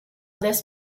this